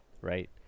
right